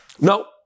No